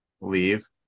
leave